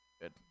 Good